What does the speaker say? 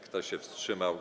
Kto się wstrzymał?